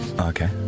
Okay